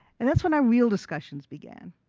and that's when our real discussions began.